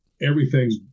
everything's